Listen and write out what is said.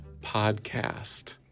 podcast